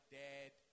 dad